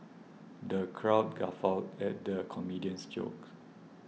the crowd guffawed at the comedian's jokes